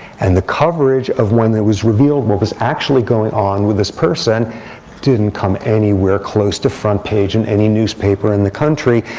and the coverage of when it was revealed what was actually going on with this person didn't come anywhere close to front page in any newspaper in the country,